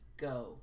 go